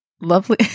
lovely